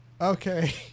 Okay